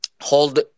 hold